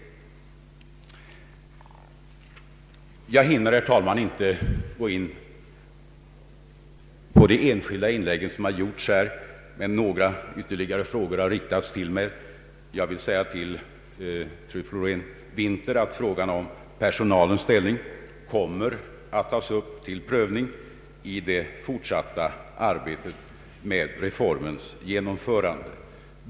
Jag hinner, herr talman, inte gå in på alla de enskilda inlägg som här gjorts, men några ytterligare frågor har riktats till mig. Jag vill säga till fru Florén Winther att frågan om personalens ställning kommer att tas upp till prövning under det fortsatta arbetet med reformens genomförande.